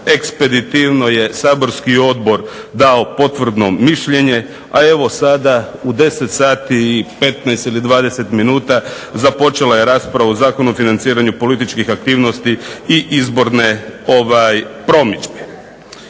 ekspeditivno je saborski odbor dao potvrdno mišljenje, a evo sada u 10 sati i 15 ili 20 minuta započela je rasprava o Zakonu o financiranju političkih aktivnosti i izborne promidžbe.